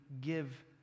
give